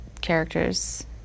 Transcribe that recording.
characters